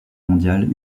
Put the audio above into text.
mondiale